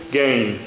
gain